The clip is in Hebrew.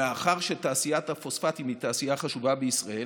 מאחר שתעשיית הפוספטים היא תעשייה חשובה בישראל,